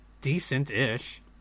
decent-ish